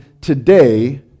today